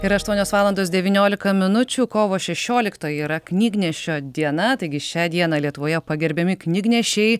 ir aštuonios valandos devyniolika minučių kovo šešioliktoji yra knygnešio diena taigi šią dieną lietuvoje pagerbiami knygnešiai